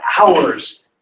hours